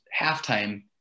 halftime